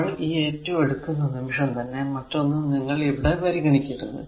നമ്മൾ ഈ a 2 എടുക്കുന്ന നിമിഷം തന്നെ മറ്റൊന്നും നിങ്ങൾ ഇവിടെ പരിഗണിക്കരുത്